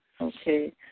Okay